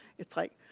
it's like,